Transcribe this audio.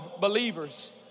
believers